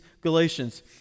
Galatians